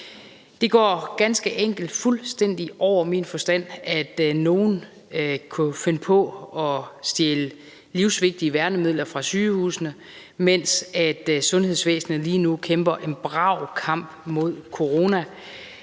Det går ganske enkelt fuldstændig over min forstand, at nogen kan finde på at stjæle livsvigtige værnemidler fra sygehusene, mens sundhedsvæsenet lige nu kæmper en brav kamp mod corona,